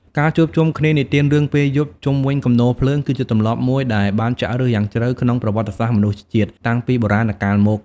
ការជួបជុំគ្នានិទានរឿងពេលយប់ជុំវិញគំនរភ្លើង គឺជាទម្លាប់មួយដែលបានចាក់ឫសជ្រៅក្នុងប្រវត្តិសាស្ត្រមនុស្សជាតិ តាំងពីបុរាណកាលមក។